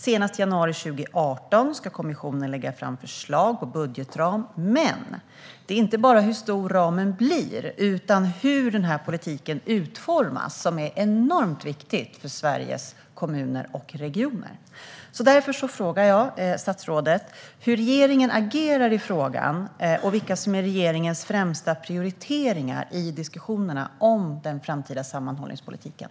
Senast i januari 2018 ska kommissionen lägga fram förslag på budgetram. Men det är inte bara hur stor ramen blir utan även hur politiken utformas som är enormt viktigt för Sveriges kommuner och regioner. Därför frågar jag statsrådet hur regeringen agerar i frågan och vilka som är regeringens främsta prioriteringar i diskussionerna om den framtida sammanhållningspolitiken.